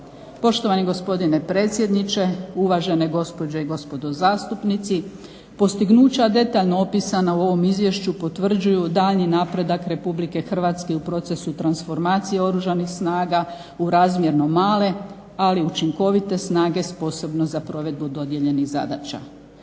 Poštovani gospodine predsjedniče, uvažene gospođe i gospodo zastupnici postignuća detaljno opisana u ovom izvješću potvrđuju daljnji napredak RH u procesu transformacije Oružanih snaga u razmjerno male, ali učinkovite snage posebno za provedbu dodijeljenih zadaća.